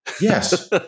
Yes